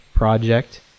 Project